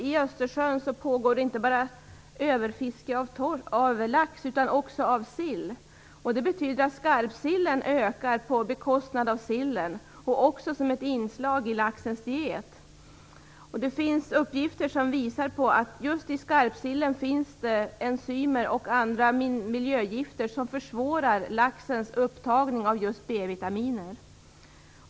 I Östersjön pågår nämligen överfiske inte bara av lax utan också av sill. Det betyder att skarpsillen ökar på bekostnad av sillen och också som ett inslag i laxens diet. Uppgifterna visar att det just i skarpsillen finns enzymer och andra miljögifter som försvårar laxens upptagning av b-vitaminer.